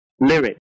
Lyric